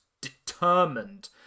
determined